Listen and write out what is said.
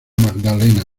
magdalena